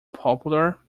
popular